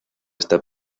está